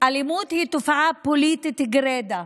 אלימות היא תופעה פוליטית גרידא.